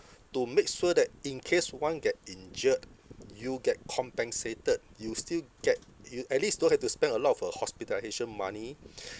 to make sure that in case one get injured you get compensated you still get you at least don't have to spend a lot of uh hospitalisation money